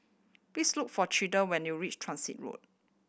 please look for Clyde when you reach Transit Road